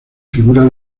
figura